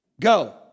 Go